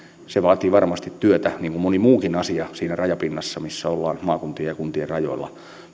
se vaatii varmasti työtä niin kuin moni muukin asia siinä rajapinnassa missä ollaan maakuntien ja kuntien rajoilla